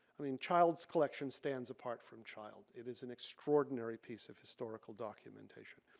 i mean child's collection stands apart from child. it is an extraordinary piece of historical documentation.